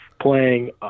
playing